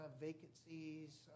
vacancies